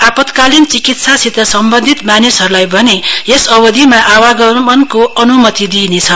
आपतकालिन चिकित्सासित सम्बन्धित मानिसहरूलाई भने यस अवधिमा आवगमनको अन्मति दिइनेछ